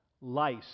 lice